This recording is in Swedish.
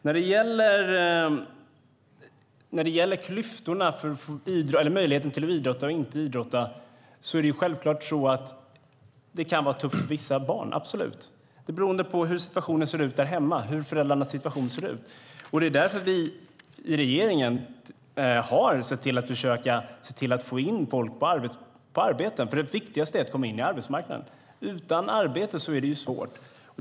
När det gäller klyftorna och möjligheten att idrotta eller inte idrotta är det självklart så att det kan vara tufft för vissa barn - absolut. Det beror på hur situationen ser ut där hemma, hur föräldrarnas situation ser ut. Det är därför vi i regeringen har sett till att försöka få in folk i arbete. Det viktigaste är nämligen att komma in på arbetsmarknaden. Utan arbete är det svårt.